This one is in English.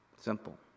simple